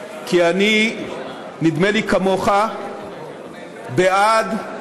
כי אני, נדמה לי כמוך, בעד,